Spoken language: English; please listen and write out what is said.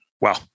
Wow